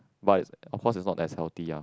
but of course is not as healthy ah